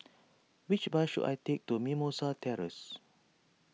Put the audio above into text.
which bus should I take to Mimosa Terrace